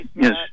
Yes